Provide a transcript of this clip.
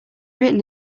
written